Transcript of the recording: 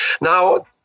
Now